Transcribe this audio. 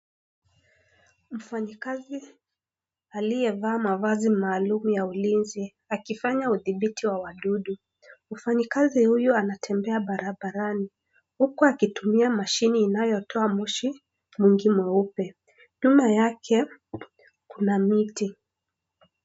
Mfanyikazi aliyevaa mavazi maalum ya ulinzi. Akifanya udhibiti wa wadudu. Mfanyikazi huyu, anatembea barabara huku akitumia mashini inayotoa moshi mwingi mweupe. Nyuma yake, kuna miti.